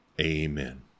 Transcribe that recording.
amen